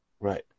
Right